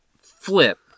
flip